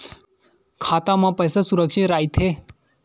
खाता मा पईसा सुरक्षित राइथे?